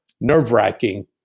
nerve-wracking